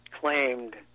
claimed